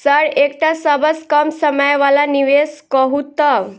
Sir एकटा सबसँ कम समय वला निवेश कहु तऽ?